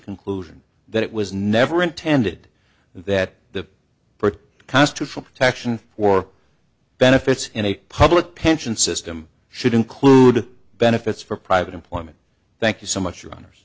conclusion that it was never intended that the constitutional protection or benefits in a public pension system should include benefits for private employment thank you so much